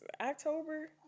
October